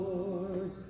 Lord